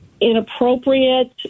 inappropriate